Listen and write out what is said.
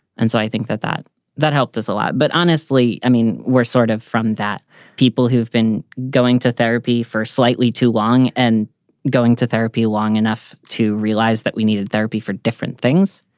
and so i think that that that helped us a lot. but honestly, i mean, we're sort of from that people who've been going to therapy for slightly too long and going to therapy long enough to realize that we needed therapy for different things.